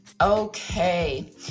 Okay